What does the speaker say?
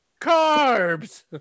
carbs